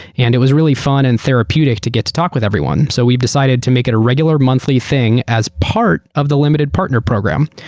and it was really fun and therapeutic to get to talk with everyone, so we decided to make it a regular monthly thing as part of the limited partner program.